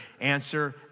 Answer